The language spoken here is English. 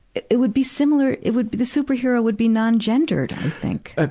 it, it would be similar, it would, the superhero would be non-gendered, i think. ah